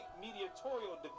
mediatorial